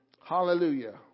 Hallelujah